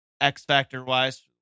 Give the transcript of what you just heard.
X-Factor-wise